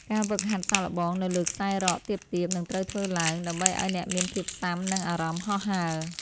ការហ្វឹកហាត់សាកល្បងនៅលើខ្សែរ៉កទាបៗនឹងត្រូវធ្វើឡើង ដើម្បីឱ្យអ្នកមានភាពស៊ាំនឹងអារម្មណ៍ហោះហើរ។